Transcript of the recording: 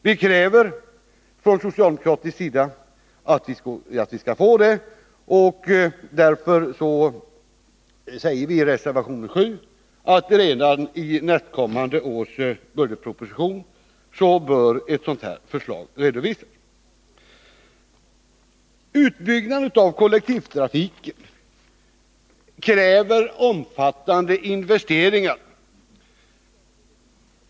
Vi kräver från socialdemokratisk sida att få ett förslag, och vi säger i reservation 7 att redan i nästkommande års budgetproposition bör ett sådant förslag redovisas. Jag yrkar bifall till reservation 7. Utbyggnaden av kollektivtrafiken kräver omfattande investeringar.